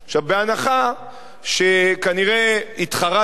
בהנחה שכנראה התחרטתם,